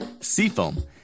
Seafoam